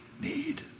need